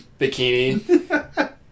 bikini